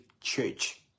church